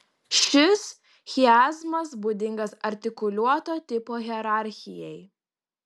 šis chiazmas būdingas artikuliuoto tipo hierarchijai